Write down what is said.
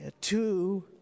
two